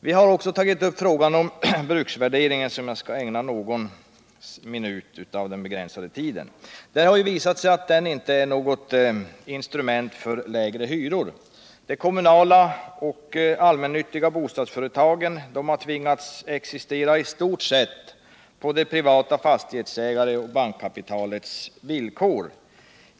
Vi har också tagit upp frågan om bruksvärderingen, som jag skall ägna någon minut av den begränsade tiden. Det här visat sig att den inte är något tagen har i stort sett tvingats existera på de privata fastighetsägarnas och det Måndagen den privata bankkapitalets villkor.